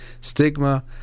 stigma